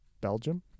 Belgium